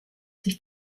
sich